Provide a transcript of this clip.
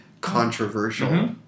controversial